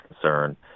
concern